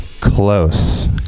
close